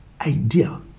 idea